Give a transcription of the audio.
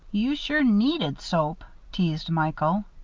you sure needed soap, teased michael.